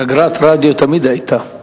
אגרת רדיו תמיד היתה.